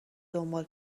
دنبال